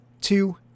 Two